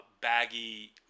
baggy